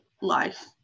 life